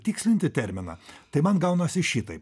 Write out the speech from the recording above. tikslinti terminą tai man gaunasi šitaip